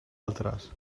altres